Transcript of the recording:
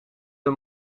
een